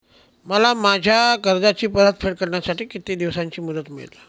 मला माझ्या कर्जाची परतफेड करण्यासाठी किती दिवसांची मुदत मिळेल?